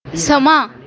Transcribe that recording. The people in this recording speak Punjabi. ਸਮਾਂ